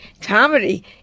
Comedy